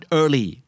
early